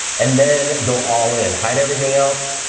and then go all-in. hide everything else,